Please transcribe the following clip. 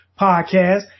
Podcast